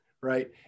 right